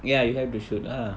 ya you have to shoot lah